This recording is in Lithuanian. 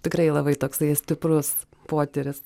tikrai labai toksai stiprus potyris